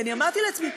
כי אמרתי לעצמי,